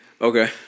Okay